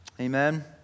Amen